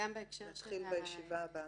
נתחיל בזה בישיבה הבאה.